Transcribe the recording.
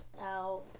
out